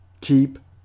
keep